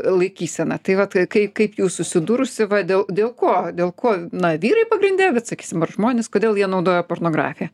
laikysena tai vat kaip kaip jūs susidūrusi va dėl dėl ko dėl ko na vyrai pagrinde bet sakysim ar žmonės kodėl jie naudoja pornografiją